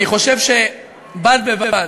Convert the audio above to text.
אני חושב שבד בבד,